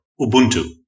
Ubuntu